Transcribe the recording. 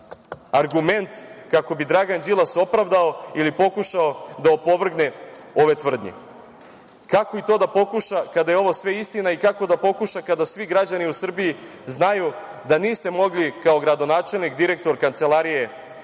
argument kako bi Dragan Đilas opravdao ili pokušao da opovrgne ove tvrdnje. Kako i to da pokuša kada je ovo sve istina i kako da pokuša kada svi građani u Srbiji znaju da niste mogli kao gradonačelnik, direktor vladine